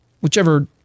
whichever